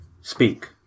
speak